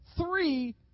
three